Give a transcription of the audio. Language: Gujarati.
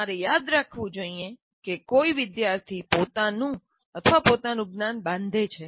તમારે યાદ રાખવું જોઈએ કે કોઈ વિદ્યાર્થી પોતાનું અથવા પોતાનું જ્ઞાન બાંધે છે